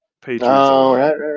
Patriots